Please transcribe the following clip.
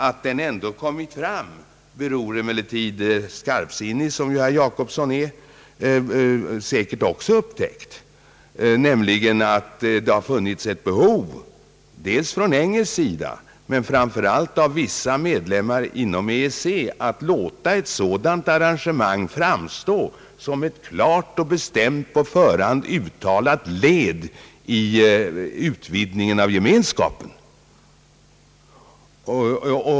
Att den ändå kommit till synes beror på — vilket herr Gösta Jacobsson, skarpsinnig som han är, säkerligen också upptäckt — att det funnits ett behov dels från engelsk sida, dels och framför allt hos vissa medlemmar inom EEC att låta ett sådant arrangemang framstå som ett klart på förhand uttalat led i utvidgningen av Gemenskapen.